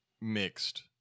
mixed